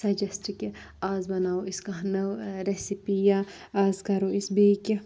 suggest کہِ آز بَناوو أسۍ کانٛہہ نٔو رؠسِپی یا آز کَرو أسۍ بیٚیہِ کینٛہہ